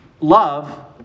Love